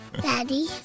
Daddy